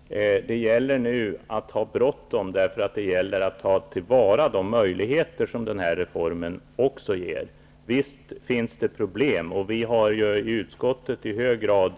Herr talman! Det gäller nu att ha bråttom för att kunna ta till vara de möjligheter som reformen också ger. Visst finns det problem, och vi har i utskottet i hög grad